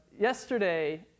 Yesterday